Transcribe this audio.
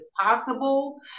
possible